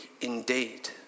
indeed